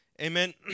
amen